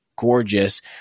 gorgeous